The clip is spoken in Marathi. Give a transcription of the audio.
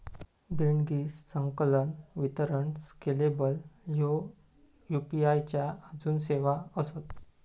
देणगी, संकलन, वितरण स्केलेबल ह्ये यू.पी.आई च्या आजून सेवा आसत